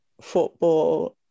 football